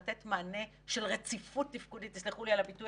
זה לתת מענה של רציפות תפקודית תסלחו לי על הביטוי